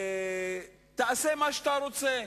תעשה מה שאתה רוצה.